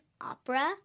opera